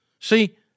See